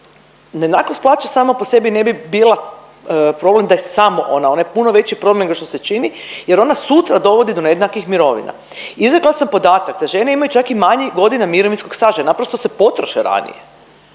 Nejednakost plaća sama po sebi ne bi bila problem da je samo ona. Ona je puno veći problem nego što se čini, jer ona sutra dovodi do nejednakih mirovina. Izrekla sam podatak da žene imaju čak i manje godina mirovinskog staža, naprosto se potroše ranije.